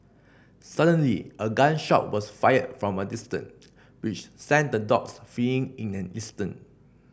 suddenly a gun shot was fired from a distance which sent the dogs fleeing in an instant